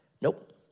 Nope